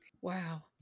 Wow